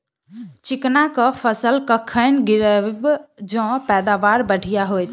चिकना कऽ फसल कखन गिरैब जँ पैदावार बढ़िया होइत?